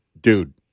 dude